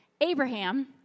Abraham